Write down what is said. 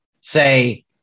say